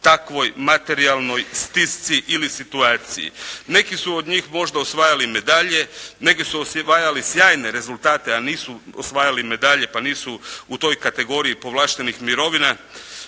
takvoj materijalnoj stisci ili situaciji. Neki su od njim možda osvajali medalje, neki su osvajali sjajne rezultate, a nisu osvajali medalje pa nisu u toj kategoriji povlaštenih mirovina.